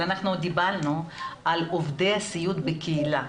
דיברנו על עובדי הסיעוד בקהילה.